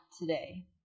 today